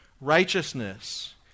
righteousness